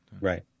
Right